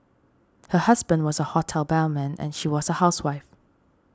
her husband was a hotel bellman and she was a housewife